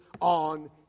on